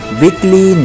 weekly